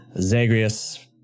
Zagreus